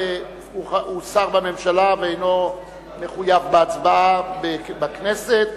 הוא שר בממשלה ואינו מחויב בהצבעה בכנסת.